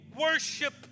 worship